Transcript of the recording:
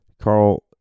Carl